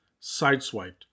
sideswiped